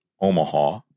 omaha